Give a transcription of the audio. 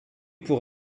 pour